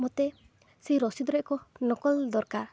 ମୋତେ ସେହି ରସିଦର ନକଲ ଦରକାର